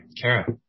Kara